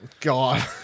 God